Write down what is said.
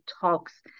talks